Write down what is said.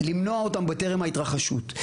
למנוע אותם טרם ההתרחשות.